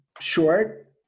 short